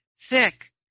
thick